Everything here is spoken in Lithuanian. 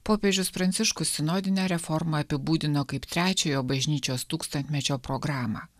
popiežius pranciškus sinodinę reformą apibūdino kaip trečiojo bažnyčios tūkstantmečio programą